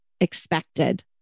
expected